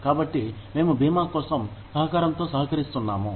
కాబట్టి మేము బీమా కోసం సహకారంతో సహకరిస్తున్నాము